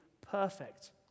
perfect